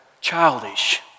childish